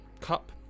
cup